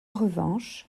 revanche